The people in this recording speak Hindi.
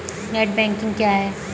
नेट बैंकिंग क्या है?